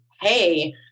hey